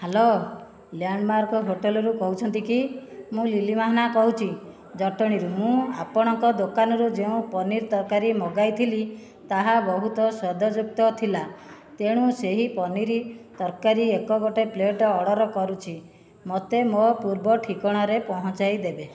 hello Landmark ହୋଟେଲରୁ କହୁଛନ୍ତି କି ମୁଁ ଲିଲି ମାହାନା କହୁଛି ଜଟଣୀରୁ ମୁଁ ଆପଣଙ୍କ ଦୋକାନରୁ ଯେଉଁ ପନିର ତରକାରୀ ମଗାଇଥିଲି ତାହା ବହୁତ ସ୍ୱାଦଯୁକ୍ତ ଥିଲା ତେଣୁ ସେହି ପନିର ତରକାରୀ ଏକ ଗୋଟିଏ ପ୍ଲେଟ ଅର୍ଡ଼ର କରୁଛି ମୋତେ ମୋ ପୂର୍ବ ଠିକଣାରେ ପହଞ୍ଚାଇ ଦେବେ